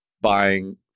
buying